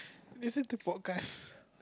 listen to podcast